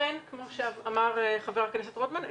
כפי שאמר חבר הכנסת רוטמן,